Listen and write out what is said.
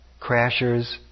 Crashers